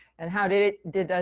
and how did it did,